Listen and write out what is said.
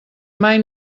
mai